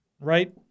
right